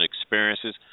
experiences